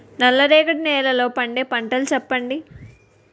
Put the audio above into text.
నల్ల రేగడి నెలలో పండే పంటలు చెప్పండి?